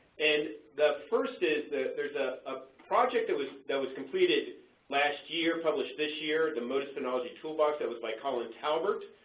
and the first is that there's a ah project that was that was completed last year, published this year, the modis phenology toolbox, that was by colin talbert,